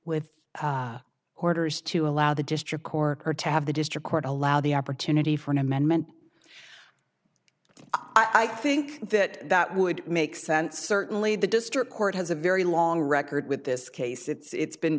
with orders to allow the district court or to have the district court allow the opportunity for an amendment i think that that would make sense certainly the district court has a very long record with this case it's